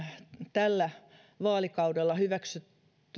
tällä vaalikaudella